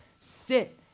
sit